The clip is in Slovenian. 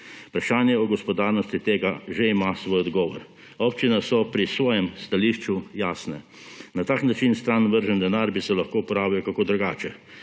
Vprašanje o gospodarnosti tega že ima svoj odgovor. Občine so pri svojem stališču jasne; na tak način stran vržen denar bi se lahko uporabil kako drugače.